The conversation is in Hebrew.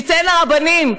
ניתן לרבנים,